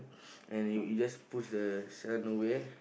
and you you just push the son away